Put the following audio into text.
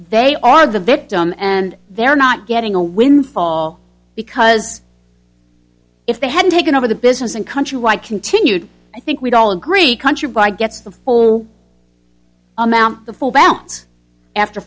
they are the victim and they're not getting a windfall because if they had taken over the business and countrywide continued i think we'd all agree country by gets the full amount the full